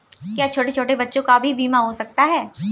क्या छोटे छोटे बच्चों का भी बीमा हो सकता है?